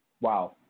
Wow